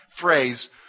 phrase